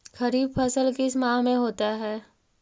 खरिफ फसल किस माह में होता है?